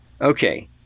Okay